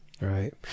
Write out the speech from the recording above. Right